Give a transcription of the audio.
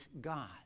God